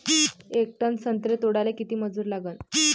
येक टन संत्रे तोडाले किती मजूर लागन?